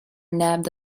nabbed